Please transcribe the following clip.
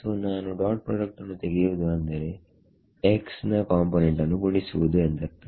so ನಾನು dot product ನ್ನು ತೆಗೆಯುವುದು ಅಂದರೆ x ನ ಕಾಂಪೋನೆಂಟ್ ನ್ನು ಗುಣಿಸುವುದು ಎಂದರ್ಥ